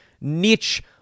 niche